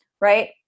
right